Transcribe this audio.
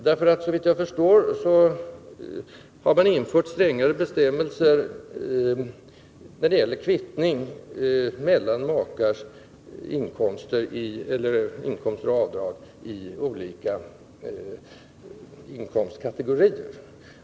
Jag har nämligen fått den uppfattningen att man infört strängare bestämmelser när det gäller kvittning mellan makars inkomster och avdrag i olika inkomstkällor.